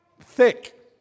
thick